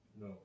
No